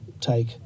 take